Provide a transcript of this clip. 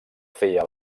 feia